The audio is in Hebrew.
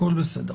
הכול בסדר.